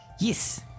Yes